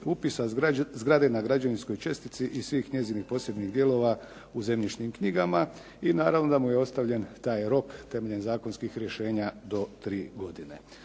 upisa zgrade na građevinskoj čestici i svih njezinih posebnih dijelova u zemljišnim knjigama i naravno da mu je ostavljen taj rok temeljem zakonskih rješenja do 3 godine.